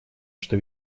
что